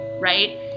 right